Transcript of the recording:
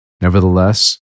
Nevertheless